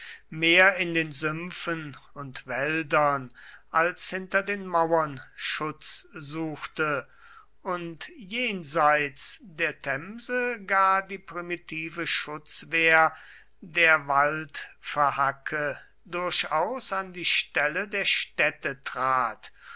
mehr in den sümpfen und wäldern als hinter den mauern schutz suchte und jenseits der themse gar die primitive schutzwehr der waldverhacke durchaus an die stelle der städte trat